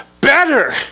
better